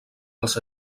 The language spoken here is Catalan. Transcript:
els